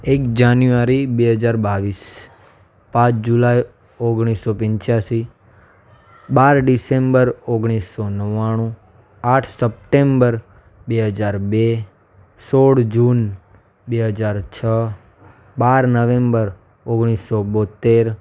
એક જાનુઆરી બે હજાર બાવીસ પાંચ જુલાઈ ઓગણીસસો પંચ્યાશી બાર ડિસેમ્બર ઓગણીસસો નવ્વાણું આઠ સપ્ટેમ્બર બે હજાર બે સોળ જૂન બે હજાર છ બાર નવેમ્બર ઓગણીસસો બોંતેર